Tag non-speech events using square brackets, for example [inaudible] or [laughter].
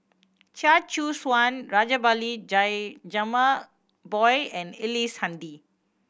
Chia Choo Suan Rajabali [unintelligible] Jumabhoy and Ellice Handy